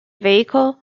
vehicle